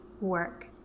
work